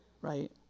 right